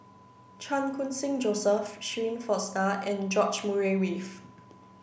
Chan Khun Sing Joseph Shirin Fozdar and George Murray Reith